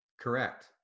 Correct